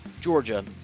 Georgia